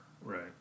Right